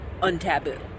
untaboo